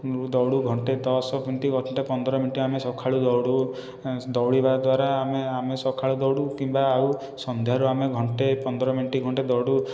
ଦୌଡ଼ୁ ଘଣ୍ଟାଏ ଦଶ ମିନିଟ୍ ଘଣ୍ଟାଏ ପନ୍ଦର ମିନିଟ୍ ଆମେ ସକାଳୁ ଦୌଡ଼ୁ ଦୌଡ଼ିବା ଦ୍ୱାରା ଆମେ ଆମେ ସକାଳୁ ଦୌଡ଼ୁ କିମ୍ବା ଆଉ ସନ୍ଧ୍ୟାରେ ଆମେ ଘଣ୍ଟାଏ ପନ୍ଦର ମିନିଟ୍ ଖଣ୍ଡେ ଦୌଡ଼ୁ